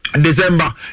December